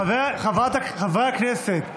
חברי הכנסת ביטון,